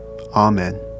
Amen